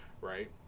right